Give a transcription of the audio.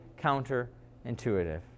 counterintuitive